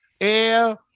air